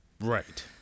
Right